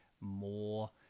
more